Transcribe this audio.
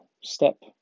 step